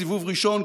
סיבוב ראשון,